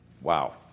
Wow